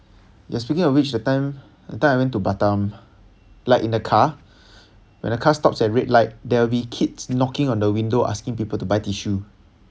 yeah speaking of which that time I went to batam like in the car when the car stops at red light there will be kids knocking on the window asking people to buy tissue